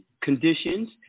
conditions